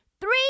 Three